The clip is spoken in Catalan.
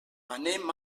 anem